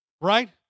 right